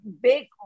big